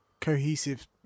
cohesive